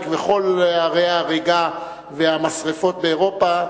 וכל ערי ההריגה והמשרפות באירופה,